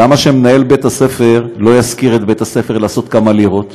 למה שמנהל בית-הספר לא ישכיר את בית-הספר לעשות כמה לירות,